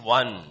one